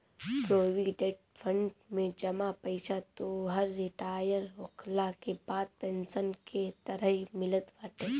provident fund में जमा पईसा तोहरी रिटायर होखला के बाद पेंशन के तरही मिलत बाटे